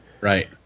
Right